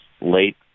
late